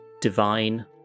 divine